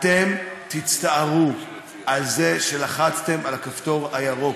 אתם תצטערו על זה שלחצתם על הכפתור הירוק.